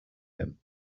him